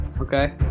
Okay